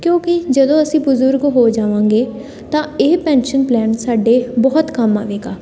ਕਿਓਂਕਿ ਜਦੋਂ ਅਸੀਂ ਬਜ਼ੁਰਗ ਹੋ ਜਾਵਾਂਗੇ ਤਾਂ ਇਹ ਪੈਨਸ਼ਨ ਪਲੈਨ ਸਾਡੇ ਬਹੁਤ ਕੰਮ ਆਵੇਗਾ